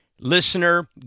Listener